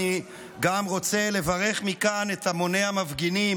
אני רוצה לברך מכאן את המוני המפגינים